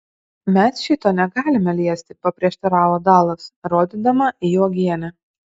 mes šito negalime liesti paprieštaravo dalas rodydama į uogienę